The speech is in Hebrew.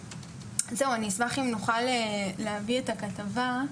זהו, אני אשמח אם נוכל להביא את הכתבה,